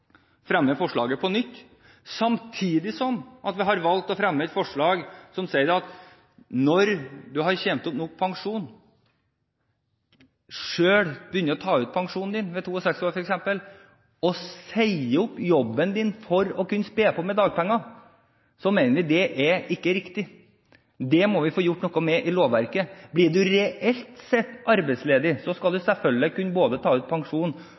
fremme et forslag som sier at når man har tjent opp nok pensjon og selv begynner å ta ut pensjonen sin – ved 62 år f.eks. – og så sier opp jobben sin for å kunne spe på med dagpenger, må vi få gjort noe med lovverket, fordi vi mener dette ikke er riktig. Blir man reelt arbeidsledig, skal man selvfølgelig kunne ta ut både pensjon